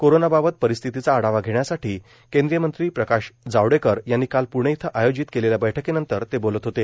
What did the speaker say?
कोरोनाबाबत परिस्थितीचा आढावा घेण्यासाठी केंद्रीय मंत्री प्रकाश जावडेकर यांनी काल प्णे इथं आयोजित केलेल्या बैठकीनंतर ते बोलत होते